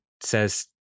says